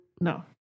No